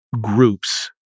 groups